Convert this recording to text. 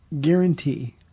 guarantee